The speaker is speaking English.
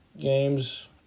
games